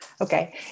Okay